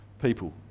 people